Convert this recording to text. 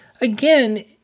again